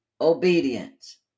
obedience